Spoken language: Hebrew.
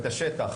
את השטח.